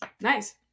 Nice